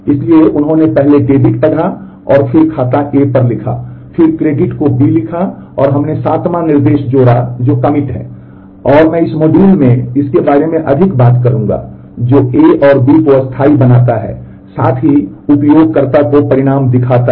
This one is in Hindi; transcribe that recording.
इसलिए उन्होंने पहले डेबिट पढ़ा और फिर खाता A पर लिखा और फिर क्रेडिट को B को लिखा और हमने 7 वां निर्देश जोड़ा जो कमिट है और मैं इस मॉड्यूल में इसके बारे में अधिक बात करूंगा जो A और B को स्थायी बनाता है और साथ ही उपयोगकर्ता को परिणाम दिखाता है